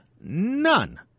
none